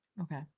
Okay